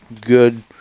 good